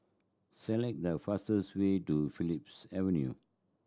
select the fastest way to Phillips Avenue